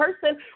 person